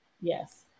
yes